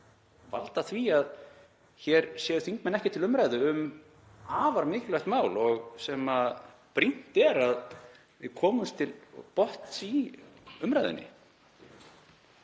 valda því að hér eru þingmenn ekki til umræðu um afar mikilvægt mál sem brýnt er að við komumst til botns í í umræðunni.